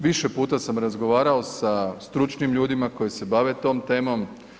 Više puta sam razgovarao sa stručnim ljudima koji se bave tom temom.